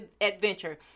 adventure